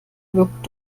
wirkt